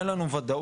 אין לנו וודאות